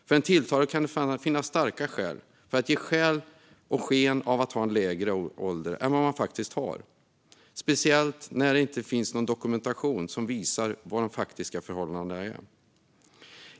För en tilltalad kan det finnas starka skäl att ge sken av att ha en lägre ålder än man faktiskt har, speciellt när det inte finns dokumentation som visar de faktiska förhållandena.